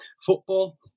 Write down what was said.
football